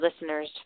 listeners